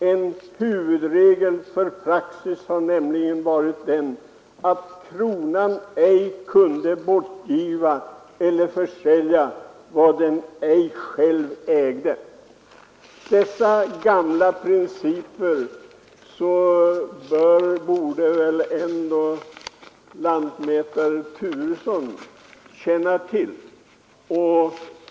En huvudregel för praxis har nämligen varit den, att kronan ej kunde bortgiva eller försälja, vad den ej själv ägde.” Dessa gamla principer borde väl ändå lantmätare Turesson känna till.